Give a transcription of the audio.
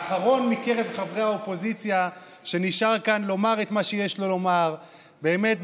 האחרון מקרב חברי אופוזיציה שנשאר כאן לומר את מה שיש לו לומר באמת.